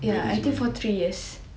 ya I think for three years